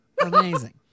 Amazing